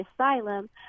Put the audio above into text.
asylum